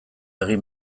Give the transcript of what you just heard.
egin